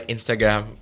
Instagram